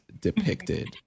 depicted